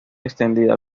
extendida